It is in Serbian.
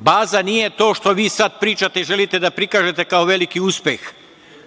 Baza nije to što vi sada pričate i što želite da prikažete kao veliki uspeh,